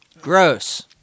Gross